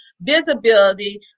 visibility